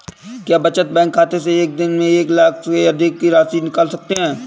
क्या बचत बैंक खाते से एक दिन में एक लाख से अधिक की राशि निकाल सकते हैं?